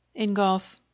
Ingolf